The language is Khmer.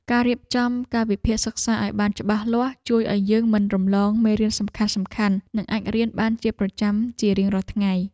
ការរៀបចំកាលវិភាគសិក្សាឱ្យបានច្បាស់លាស់ជួយឱ្យយើងមិនរំលងមេរៀនសំខាន់ៗ និងអាចរៀនបានជាប្រចាំជារៀងរាល់ថ្ងៃ។